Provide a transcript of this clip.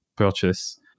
purchase